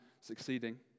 succeeding